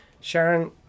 Sharon